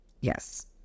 Yes